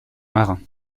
marin